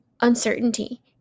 uncertainty